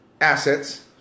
assets